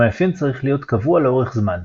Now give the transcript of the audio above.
המאפיין צריך להיות קבוע לאורך זמן.